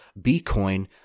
Bitcoin